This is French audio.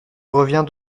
revient